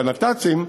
בנת"צים,